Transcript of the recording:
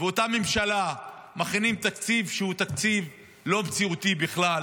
ואותה ממשלה מכינים תקציב לא מציאותי בכלל,